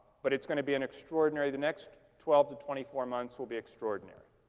but it's going to be an extraordinary the next twelve to twenty four months will be extraordinary.